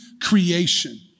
creation